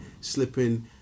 slipping